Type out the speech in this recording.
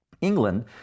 England